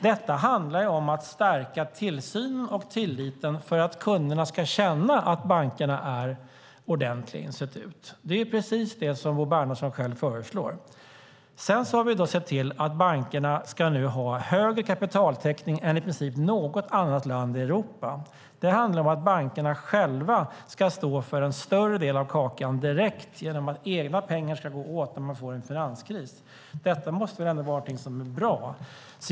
Detta handlar om att stärka tillsynen och tilliten för att kunderna ska känna att bankerna är ordentliga institut. Det är precis det som Bo Bernhardsson själv föreslår. Sedan har vi sett till att bankerna ska ha högre kapitaltäckning än man i princip har i något annat land i Europa. Det handlar om att bankerna själva ska stå för en större del av kakan direkt genom att egna pengar ska gå åt när man får en finanskris. Detta måste väl ändå vara någonting som är bra.